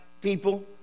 people